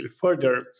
further